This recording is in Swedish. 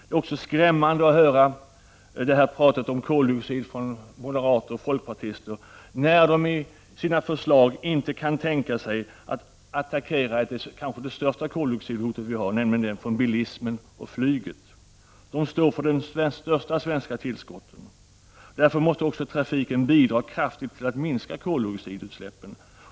Det är också skrämmande att höra pratet om koldioxid av moderater och folkpartister, som i sina förslag inte kan tänka sig att attackera det kanske största koldioxidhot vi har, nämligen det från bilismen och flyget. Flyget och bilismen står för de största svenska koldioxidutsläppen. Därför måste också trafiken kraftigt bidra till att minska koldioxidutsläppen.